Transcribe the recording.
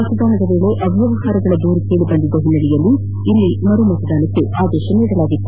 ಮತದಾನದ ವೇಳೆ ಅವ್ಯವಹಾರಗಳ ದೂರು ಕೇಳಿಬಂದ ಹಿನ್ನೆಲೆಯಲ್ಲಿ ಮರು ಮತದಾನಕ್ಕೆ ಆದೇಶಿಸಲಾಗಿತ್ತು